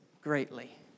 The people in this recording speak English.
greatly